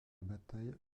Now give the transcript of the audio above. bataille